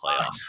playoffs